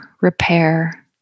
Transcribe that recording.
repair